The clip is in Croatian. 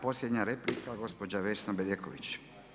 Posljednja replika gospođa Vesna Bedeković.